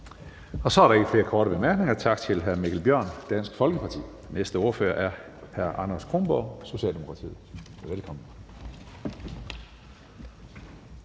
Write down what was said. Så er der ikke flere korte bemærkninger. Tak til hr. Mikkel Bjørn, Dansk Folkeparti. Næste ordfører er hr. Anders Kronborg, Socialdemokratiet. Velkommen.